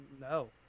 no